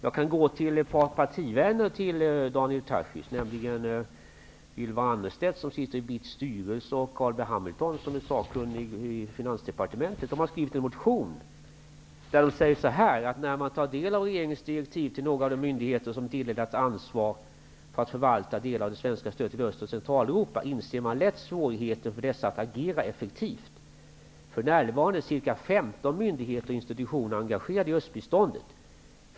Jag kan gå till ett par partivänner till Daniel BITS styrelse och Carl B Hamilton som är sakkunnig i Finansdepartementet. De har skrivit en motion där de säger att när man tar del av regeringens direktiv till några av de myndigheter som tilldelats ansvar för att förvalta delar av det svenska stödet till Öst och Centraleuropa inser man lätt svårigheten för dessa att agera effektivt. För närvarande är ca 15 myndigheter och institutioner engagerade i östbiståndet.